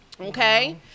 Okay